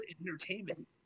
entertainment